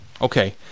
Okay